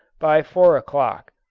by four o'clock.